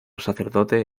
sacerdote